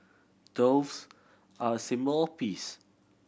doves are a symbol of peace